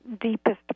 deepest